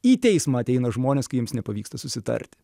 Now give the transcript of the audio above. į teismą ateina žmonės kai jiems nepavyksta susitarti